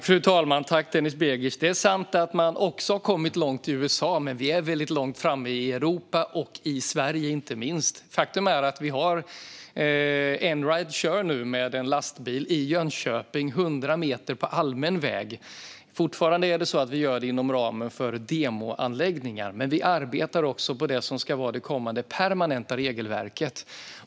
Fru talman och Denis Begic! Det är sant att man också har kommit långt i USA, men vi är väldigt långt framme i Europa och inte minst i Sverige. Faktum är att Einride nu kör med en lastbil i Jönköping, 100 meter på allmän väg. Detta sker fortfarande inom ramen för demoanläggningar. Men vi arbetar också på det som ska vara det kommande permanenta regelverket.